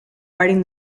writing